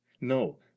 No